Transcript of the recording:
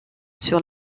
sur